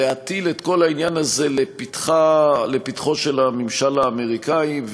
להטיל את כל העניין הזה לפתחו של הממשל האמריקני,